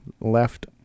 left